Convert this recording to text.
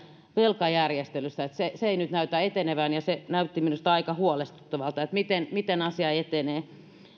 velkajärjestelystä se se ei nyt näytä etenevän se näytti minusta aika huolestuttavalta miten miten asia etenee